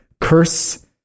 Curse